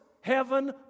heaven